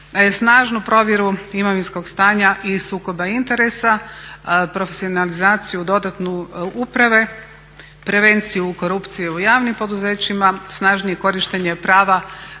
Snažnu provjeru imovinskog stanja i sukoba interesa, profesionalizaciju dodatnu uprave, prevenciju korupcije u javnim poduzećima, snažnije korištenje prava